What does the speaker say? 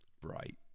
bright